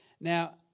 Now